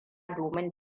domin